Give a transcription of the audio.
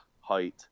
height